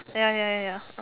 ya ya ya ya